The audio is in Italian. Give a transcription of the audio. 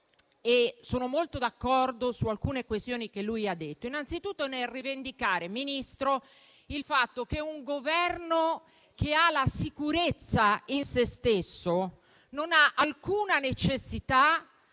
sono molto d'accordo su alcune questioni che ha avanzato. E lo sono innanzitutto nel rivendicare, signor Ministro, il fatto che un Governo che ha sicurezza in se stesso non ha alcuna necessità